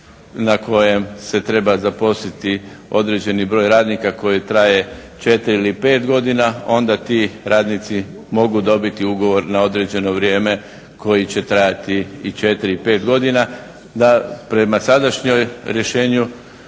na kojem se treba zaposliti određeni broj radnika koji traje 4 ili 5 godina onda ti radnici mogu dobiti ugovor na određeno vrijeme koji će trajati i 4 i 5 godina da prema sadašnjem rješenju